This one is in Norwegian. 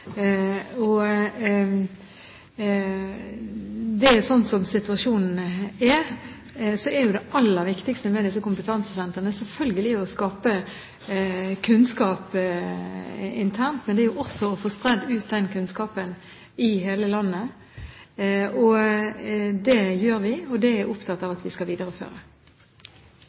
Sånn som situasjonen er, er selvfølgelig det aller viktigste med disse kompetansesentrene å skape kunnskap internt, men det er også viktig å få spredd den kunnskapen ut i hele landet. Det gjør vi, og det er jeg opptatt av at vi skal videreføre.